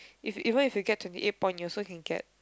if even if you get twenty eight point you also can get